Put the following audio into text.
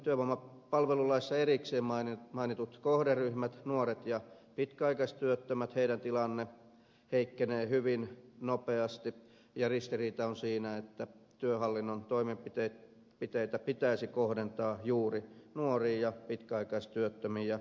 työvoimapalvelulaissa erikseen mainittujen kohderyhmien nuorten ja pitkäaikaistyöttömien tilanne heikkenee hyvin nopeasti ja ristiriita on siinä että työhallinnon toimenpiteitä pitäisi kohdentaa juuri nuoriin ja pitkäaikaistyöttömiin